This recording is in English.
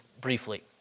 briefly